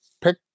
pick